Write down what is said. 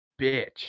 bitch